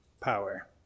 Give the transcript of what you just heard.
power